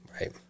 Right